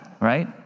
right